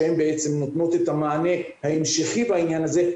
שהן בעצם נותנות את המענה ההמשכי בעניין הזה,